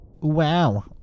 Wow